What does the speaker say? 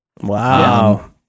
Wow